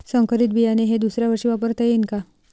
संकरीत बियाणे हे दुसऱ्यावर्षी वापरता येईन का?